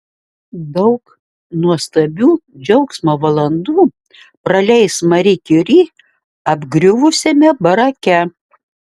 daug nuostabių džiaugsmo valandų praleis mari kiuri apgriuvusiame barake